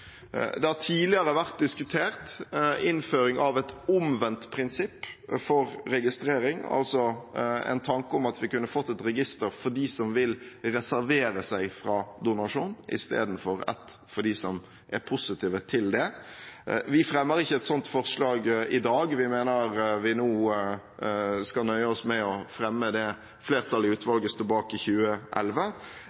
Det har tidligere vært diskutert innføring av et omvendt prinsipp for registrering, altså en tanke om at vi kunne fått et register for dem som vil reservere seg fra donasjon, istedenfor et for dem som er positive til det. Vi fremmer ikke et sånt forslag i dag. Vi mener vi nå skal nøye oss med å fremme det flertallet i utvalget sto bak i 2011,